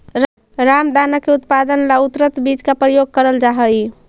रामदाना के उत्पादन ला उन्नत बीज का प्रयोग करल जा हई